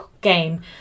game